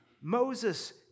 Moses